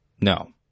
No